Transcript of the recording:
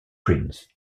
prince